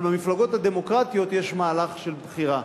אבל במפלגות הדמוקרטיות יש מהלך של בחירה,